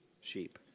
sheep